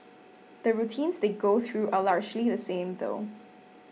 the routines they go through are largely the same though